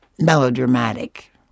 melodramatic